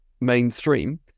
mainstream